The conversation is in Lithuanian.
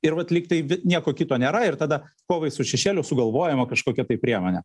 ir vat lyg tai vi nieko kito nėra ir tada kovai su šešėliu sugalvojama kaškokia tai priemone